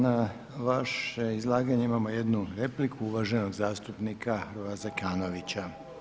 Na vaše izlaganje imamo jednu repliku, uvaženog zastupnika Hrvoja Zekanovića.